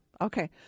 Okay